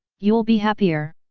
you'll be happier!